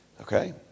okay